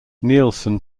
nielsen